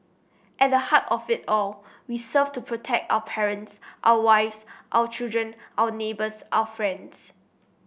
at the heart of it all we serve to protect our parents our wives our children our neighbours our friends